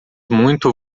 muito